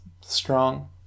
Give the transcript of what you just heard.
strong